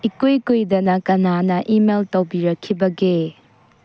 ꯏꯀꯨꯏ ꯀꯨꯏꯗꯅ ꯀꯅꯥꯅ ꯏꯃꯦꯜ ꯇꯧꯕꯤꯔꯛꯈꯤꯕꯒꯦ